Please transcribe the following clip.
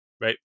Right